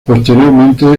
posteriormente